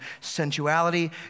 sensuality